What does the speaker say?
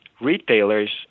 retailers